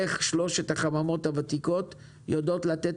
איך שלוש החממות הוותיקות יודעות לתת